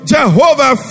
Jehovah